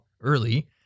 early